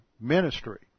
ministry